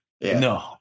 No